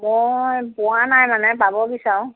মই পোৱা নাই মানে পাব বিচাৰোঁ